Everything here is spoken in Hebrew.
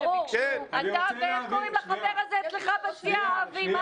ברור, אתה ואיך קוראים לחבר הזה אצלך בסיעה, אבי?